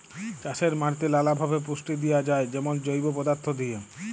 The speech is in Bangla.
চাষের মাটিতে লালাভাবে পুষ্টি দিঁয়া যায় যেমল জৈব পদাথ্থ দিঁয়ে